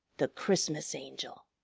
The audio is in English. the christmas angel!